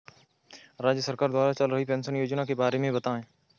राज्य सरकार द्वारा चल रही पेंशन योजना के बारे में बताएँ?